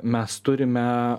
mes turime